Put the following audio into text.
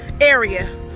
area